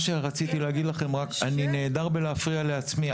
אני רק רציתי להגיד לכם שאני נהדר בלהפריע לעצמי,